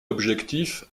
objectif